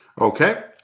Okay